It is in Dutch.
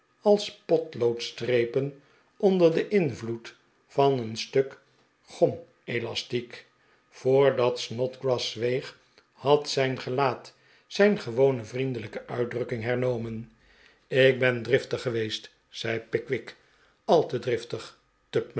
als potloodstrepen onder den invloed van een stuk gomelastiek voordat snodgrass zweeg had zijn gelaat zijn gewone vriendelijke uitdrukking hernomen ik ben driftig geweest zei pickwick al te driftig